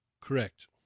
Correct